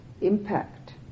impact